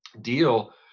deal